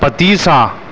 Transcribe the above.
پتیسا